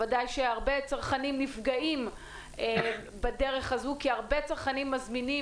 ודאי שהרבה צרכנים נפגעים בדרך הזאת כי הרבה צרכנים מזמינים